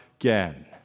Again